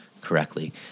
correctly